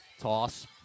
toss